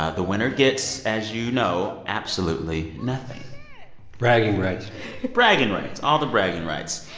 ah the winner gets, as you know, absolutely nothing bragging rights bragging rights, all the bragging rights.